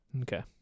Okay